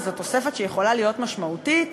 וזו תוספת שיכולה להיות משמעותית,